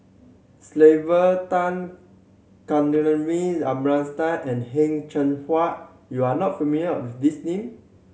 Sylvia Tan Kavignareru Amallathasan and Heng Cheng Hwa you are not familiar with these names